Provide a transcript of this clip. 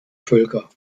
völker